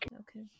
Okay